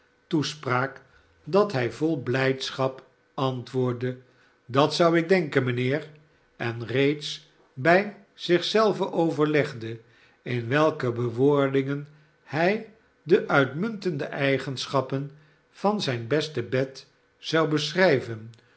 toespraak dat hij vol blijdschap antwoordde dat zou ik denken mynheer en reeds bij zich zelven overlegde in welke bewoordingen hij de uitmuntende eigenschappen van zijn beste bed zou beschnjven